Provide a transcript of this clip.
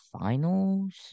finals